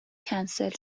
کنسل